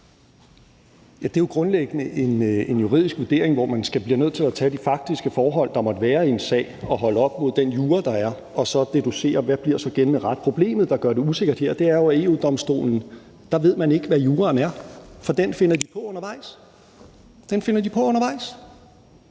Det er jo grundlæggende en juridisk vurdering, hvor man bliver nødt til at tage de faktiske forhold, der måtte være i en sag, og holde op mod den jura, der er, og så deducere, hvad der bliver gældende ret. Problemet, der gør det usikkert her, er jo, at med EU-Domstolen ved man ikke, hvad juraen er, for den finder de på undervejs – den finder de på undervejs!